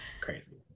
crazy